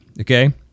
okay